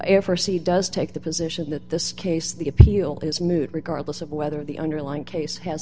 ever see does take the position that this case the appeal is moot regardless of whether the underlying case has